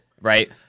Right